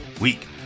week